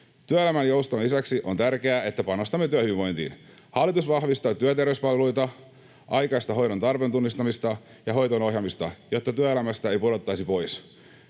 Työelämän jouston lisäksi on tärkeää, että panostamme työhyvinvointiin. Hallitus vahvistaa työterveyspalveluita, aikaista hoidon tarpeen tunnistamista ja hoitoon ohjaamista, jotta työelämästä ei pudottaisi pois.